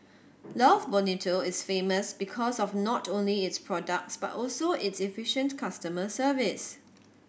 love Bonito is famous because of not only its products but also its efficient customer service